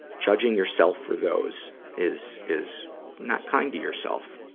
judging yourself for those is, is not kind to yourself.